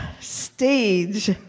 stage